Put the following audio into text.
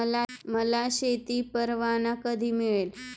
मला शेती परवाना कधी मिळेल?